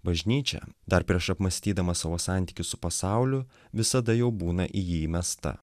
bažnyčia dar prieš apmąstydama savo santykį su pasauliu visada jau būna į jį įmesta